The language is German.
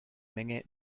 menge